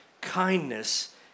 Kindness